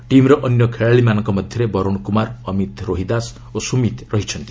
ଟିମ୍ର ଅନ୍ୟ ଖେଳାଳିମାନଙ୍କ ମଧ୍ୟରେ ବରୁଣ କୁମାର ଅମିତ ରୋହିଦାସ ଓ ସୁମୀତ ଅଛନ୍ତି